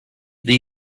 the